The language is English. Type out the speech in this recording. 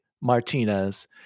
Martinez